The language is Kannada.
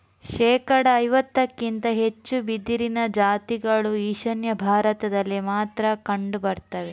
ಶೇಕಡಾ ಐವತ್ತಕ್ಕಿಂತ ಹೆಚ್ಚು ಬಿದಿರಿನ ಜಾತಿಗಳು ಈಶಾನ್ಯ ಭಾರತದಲ್ಲಿ ಮಾತ್ರ ಕಂಡು ಬರ್ತವೆ